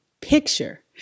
picture